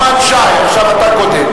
קרן סיוע לעסקים קטנים),